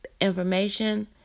information